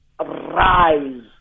rise